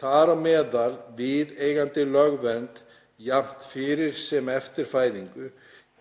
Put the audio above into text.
þar á meðal viðeigandi lögvernd, jafnt fyrir sem eftir fæðingu“,